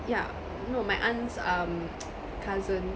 yeah no my aunt's um cousin